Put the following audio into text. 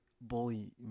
Bully